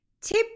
Tip